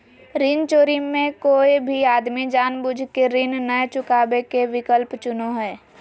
ऋण चोरी मे कोय भी आदमी जानबूझ केऋण नय चुकावे के विकल्प चुनो हय